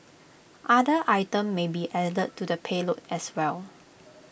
other items may be added to the payload as well